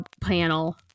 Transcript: panel